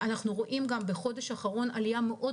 אנחנו רואים בחודש האחרון עלייה מאוד